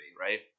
right